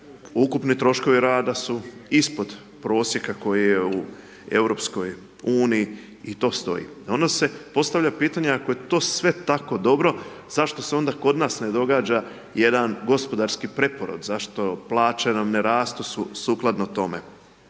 ukupni troškovi rada su ispod prosjeka koji je u EU-u i to stoji. Onda se postavlja pitanje ako je to sve tako dobro, zašto se onda kod nas ne događa jedan gospodarski preporod, zašto plaće nam ne rastu sukladno tome?